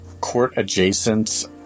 Court-adjacent